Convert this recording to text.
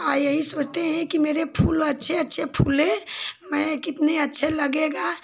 आ यही सोचते हैं कि मेरे फूल अच्छे अच्छे फूले मैं कितने अच्छे लगेगा